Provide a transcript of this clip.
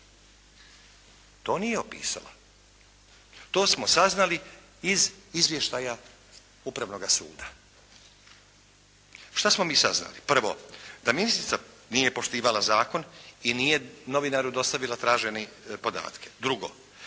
to nije opisala. To smo saznali iz izvještaja Upravnoga suda. Šta smo mi saznali? Prvo, da ministrica nije poštivala zakon i nije novinaru dostavila tražene podatke. Drugo,